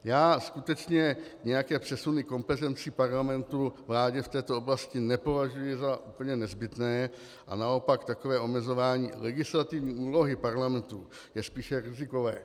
Já skutečně nějaké přesuny kompetencí Parlamentu vládě v této oblasti nepovažuji za úplně nezbytné a naopak takové omezování legislativní úlohy Parlamentu je spíše rizikové.